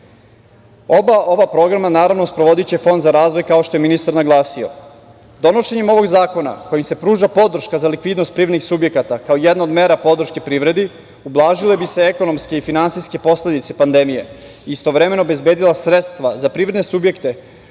Oba ova programa, naravno, sprovodiće Fond za razvoj, kao što je ministar naglasio. Donošenjem ovog zakona kojim se pruža podrška za likvidnost privrednih subjekata kao jedna od mera podrške privredi ublažile bi se ekonomske i finansijske posledice pandemije, istovremeno obezbedila sredstva za privredne subjekte